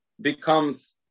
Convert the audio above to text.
becomes